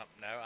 no